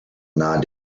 nahe